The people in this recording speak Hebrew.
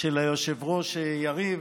של היושב-ראש יריב,